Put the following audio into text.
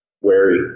wary